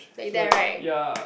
like there right